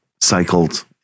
cycled